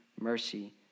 mercy